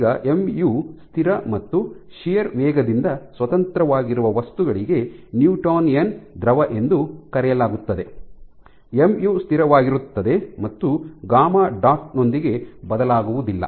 ಈಗ ಎಂಯು ಸ್ಥಿರ ಮತ್ತು ಶಿಯರ್ ವೇಗದಿಂದ ಸ್ವತಂತ್ರವಾಗಿರುವ ವಸ್ತುಗಳಿಗೆ ನ್ಯೂಟೋನಿಯನ್ ದ್ರವ ಎಂದು ಕರೆಯಲಾಗುತ್ತದೆ ಎಂಯು ಸ್ಥಿರವಾಗಿರುತ್ತದೆ ಮತ್ತು ಗಾಮಾ γ ಡಾಟ್ ನೊಂದಿಗೆ ಬದಲಾಗುವುದಿಲ್ಲ